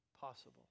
possible